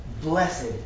Blessed